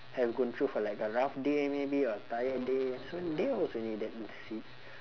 have gone through for like a rough day maybe or tired day so they also needed the seats